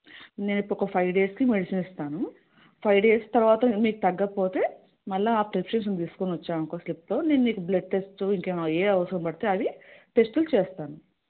నే ఇప్పుడు ఫైవ్ డేస్కి మెడిసిన్ ఇస్తాను ఫైవ్ డేస్ తరువాత మీకు తగ్గకపోతే మళ్ళా ప్రిస్క్రిప్షన్ తీసుకొణి వచ్చావు అనుకో స్లిప్తో నేను నీకు బ్లడ్ టెస్టు ఇంకా ఏమి ఏమి అవసరం పడితే అది టెస్టులు చేస్తాను